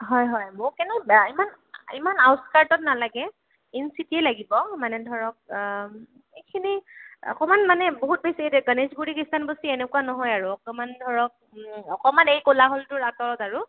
হয় হয় মোক এনেও বেয়া ইমান ইমান আউটস্কাৰ্টত নালাগে ইন চিটিয়ে লাগিব মানে ধৰক এইখিনি অকণমান মানে বহুত বেছি এতিয়া গণেশগুৰি খ্ৰীষ্টানবস্তি এনেকুৱা নহয় আৰু অকণমাণ ধৰক অকণমাণ এই কোলাহলটোৰ আঁতৰত আৰু